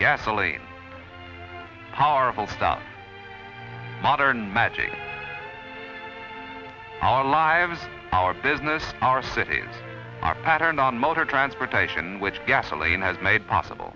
gasolene powerful stuff modern magic our lives our business our cities our pattern on motor transportation which gasoline has made possible